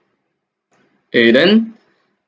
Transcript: eh then